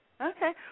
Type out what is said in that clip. Okay